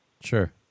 Sure